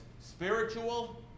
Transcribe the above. spiritual